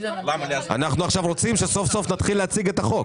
אנחנו רוצים להתחיל להציג את החוק.